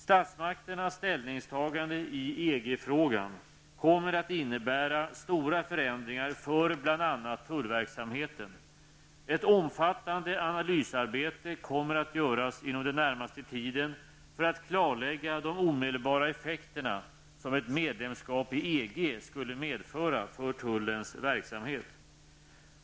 Statsmakternas ställningstagande i EG-frågan kommer att innebära stora förändringar för bl.a. tullverksamheten. Ett omfattande analysarbete kommer att göras inom den närmaste tiden för att klarlägga de omedelbara effekter som ett medlemskap i EG skulle medföra för tullens verksamhet.